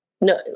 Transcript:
no